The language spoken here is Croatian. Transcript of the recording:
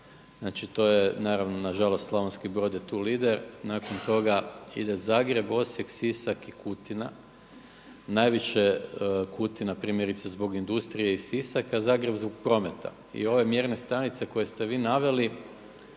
Znači to je naravno na žalost Slavonski Brod je tu lider. Nakon toga ide Zagreb, Osijek, Sisak i Kutina. Najviše Kutina primjerice zbog industrije i Sisak, a Zagreb zbog prometa. I ove mjerne stanice koje ste vi naveli